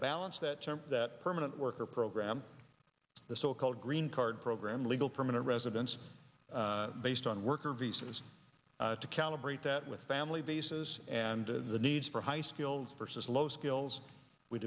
balance that term that permanent worker program the so called green card program legal permanent residence based on worker visas to calibrate that with family visas and the need for high skilled versus low skills we